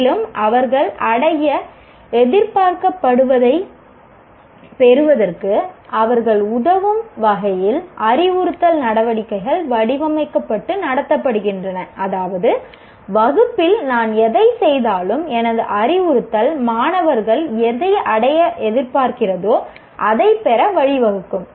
மேலும் அவர்கள் அடைய எதிர்பார்க்கப்படுவதைப் பெறுவதற்கு அவர்களுக்கு உதவும் வகையில் அறிவுறுத்தல் நடவடிக்கைகள் வடிவமைக்கப்பட்டு நடத்தப்படுகின்றன அதாவது வகுப்பில் நான் எதைச் செய்தாலும் எனது அறிவுறுத்தல் மாணவர்கள் எதை அடைய எதிர்பார்க்கிறதோ அதைப் பெற வழிவகுக்கும்